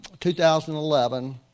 2011